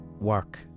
work